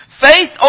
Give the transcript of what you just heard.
Faith